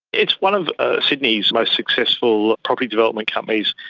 it's one of ah sydney's most successful property development companies.